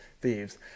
thieves